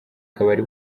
kabari